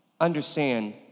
understand